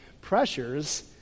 pressures